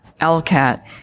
LCAT